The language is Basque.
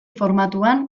formatuan